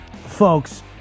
folks